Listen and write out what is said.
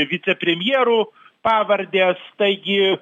vicepremjerų pavardės taigi